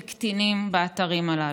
בקטינים באתרים הללו.